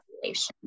population